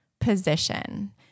position